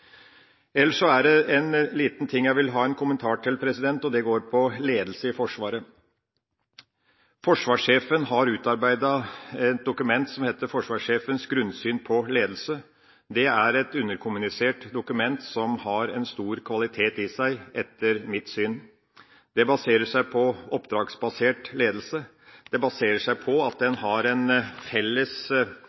er det en liten ting jeg vil kommentere. Det handler om ledelse i Forsvaret. Forsvarssjefen har utarbeidet et dokument som heter Forsvarssjefens grunnsyn på ledelse. Dette er et underkommunisert dokument, som etter mitt syn har en stor kvalitet i seg. Det baserer seg på oppdragsbasert ledelse. Det baserer seg på at en har en felles